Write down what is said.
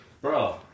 bro